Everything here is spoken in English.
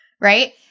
right